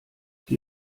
die